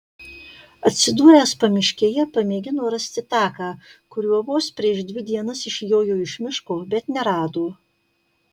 atsidūręs pamiškėje pamėgino rasti taką kuriuo vos prieš dvi dienas išjojo iš miško bet nerado